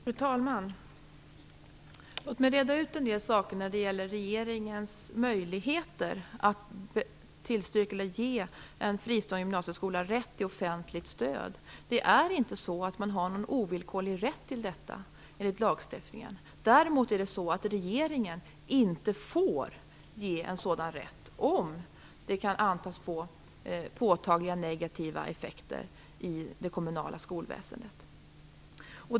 Fru talman! Låt mig reda ut en del saker när det gäller regeringens möjligheter att ge en fristående gymnasieskola rätt till offentligt stöd. Det är inte så att man har någon ovillkorlig rätt till detta enligt lagstiftningen. Däremot är det så att regeringen inte får ge en sådan rätt, om det kan antas få påtagliga negativa effekter för det kommunala skolväsendet.